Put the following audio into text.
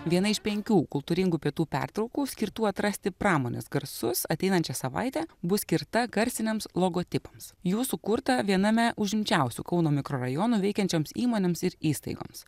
viena iš penkių kultūringų pietų pertraukų skirtų atrasti pramonės garsus ateinančią savaitę bus skirta garsiniams logotipams jų sukurta viename užimčiausių kauno mikrorajonų veikiančioms įmonėms ir įstaigoms